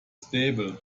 stable